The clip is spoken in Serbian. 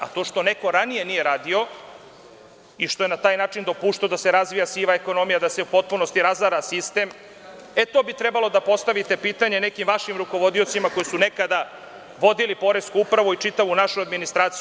A to što neko ranije nije radio i što je na taj način dopuštao da se razvija siva ekonomija, da se u potpunosti razara sistem, to bi trebali da postavite pitanje nekim vašim rukovodiocima koji su nekada vodili poresku upravu i čitavu našu administraciju.